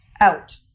out